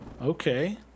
Okay